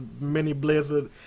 mini-blizzard